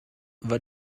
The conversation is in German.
war